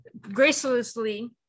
gracelessly